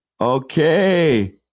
Okay